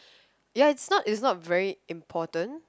ya it's not it's not very important